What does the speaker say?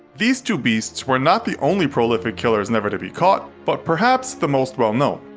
these two beasts were not the only prolific killers never to be caught, but perhaps the most well-known.